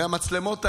הרי המצלמות האלה,